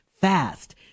fast